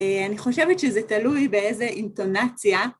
אני חושבת שזה תלוי באיזו אינטונציה.